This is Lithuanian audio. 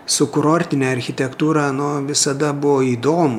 su kurortine architektūra nu visada buvo įdomu